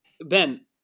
Ben